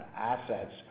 assets